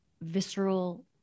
visceral